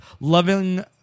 loving